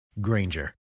Granger